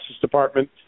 Department